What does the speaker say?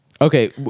Okay